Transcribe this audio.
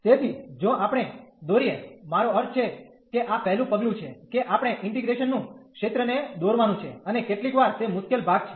તેથી જો આપણે દોરીએ મારો અર્થ છે કે આ પહેલું પગલું છે કે આપણે ઇન્ટીગ્રેશન નું ક્ષેત્રને દોરવાનું છે અને કેટલીકવાર તે મુશ્કેલ ભાગ છે